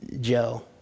Joe